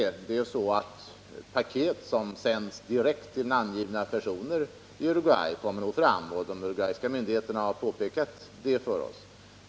Det förhåller sig så att paket som sänds direkt till 21 maj 1979 namngivna personer i Uruguay kommer fram — det har de urugayska myndigheterna påpekat för oss.